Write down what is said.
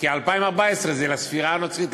כי 2014 זה לספירה הנוצרית.